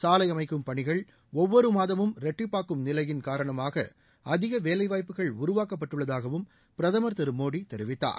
சாலை அமைக்கும் பணிகள் ஒவ்வொரு மாதமும் இரட்டிப்பாக்கும் நிலையின் காரணமாக அதிக வேலைவாய்ப்புகள் உருவாக்கப்பட்டுள்ளதாகவும் பிரதமர் திரு மோடி தெரிவித்தார்